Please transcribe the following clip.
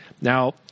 Now